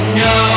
no